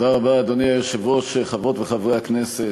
אדוני היושב-ראש, תודה רבה, חברות וחברי הכנסת,